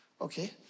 okay